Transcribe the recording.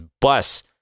bus